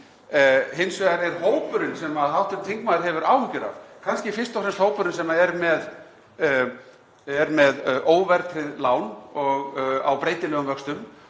Hins vegar er hópurinn sem hv. þingmaður hefur áhyggjur af kannski fyrst og fremst hópurinn sem er með óverðtryggð lán á breytilegum vöxtum